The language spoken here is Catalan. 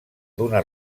d’una